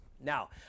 Now